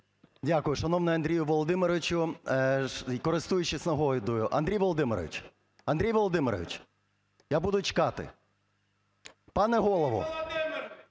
Дякую. Шановний Андрію Володимировичу, користуючись нагодою… Андрій Володимирович! Андрій Володимирович, я буду чекати. Пане Голово!